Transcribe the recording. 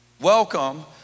Welcome